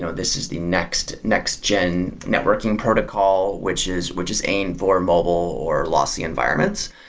so this is the next next gen networking protocol, which is which is aimed for mobile or lossy environments.